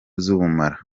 z’ubumara